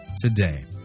today